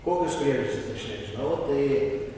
kokios priežastys aš nežinau tai